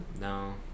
No